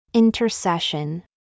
intercession